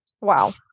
Wow